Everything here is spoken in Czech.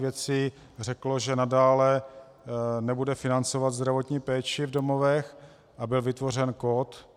MPSV řeklo, že nadále nebude financovat zdravotní péči v domovech, a byl vytvořen kód